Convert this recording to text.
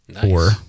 Four